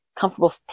comfortable